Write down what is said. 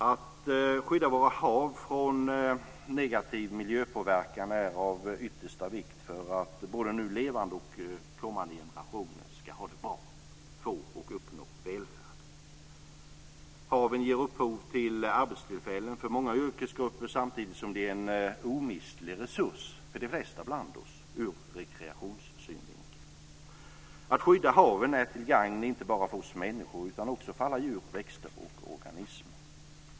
Att skydda våra hav från negativ miljöpåverkan är av yttersta vikt för att både nu levande och kommande generationer ska ha det bra, få och uppnå välfärd. Haven ger upphov till arbetstillfällen för många yrkesgrupper samtidigt som de är en omistlig resurs för de flesta bland oss ur rekreationssynvinkel. Att skydda haven är till gagn inte bara för oss människor utan också för alla växter, djur och organismer.